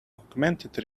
augmented